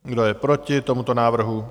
Kdo je proti tomuto návrhu?